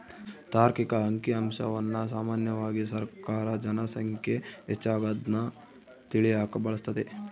ತಾರ್ಕಿಕ ಅಂಕಿಅಂಶವನ್ನ ಸಾಮಾನ್ಯವಾಗಿ ಸರ್ಕಾರ ಜನ ಸಂಖ್ಯೆ ಹೆಚ್ಚಾಗದ್ನ ತಿಳಿಯಕ ಬಳಸ್ತದೆ